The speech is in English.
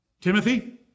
Timothy